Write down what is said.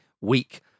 week